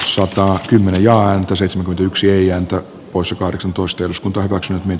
sota on kymmenen ja antoi seitsemän yksi eijan takkusi kahdeksantoista eduskunta hyväksyy nyt